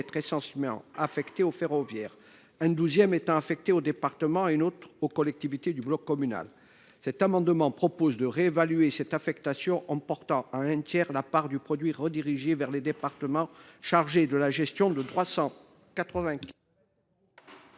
essentiellement affectés au ferroviaire, un douzième étant alloué aux départements et un autre aux collectivités du bloc communal. Cet amendement vise à réévaluer cette affectation, en portant à un tiers la part du produit redirigée vers les départements, chargés de la gestion de 380